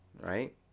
right